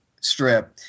strip